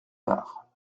part